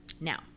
Now